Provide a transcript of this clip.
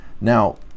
now